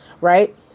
right